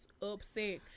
Upset